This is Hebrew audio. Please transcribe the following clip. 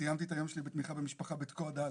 וסיימתי את היום שלי בתמיכה במשפחה בתקוע ד',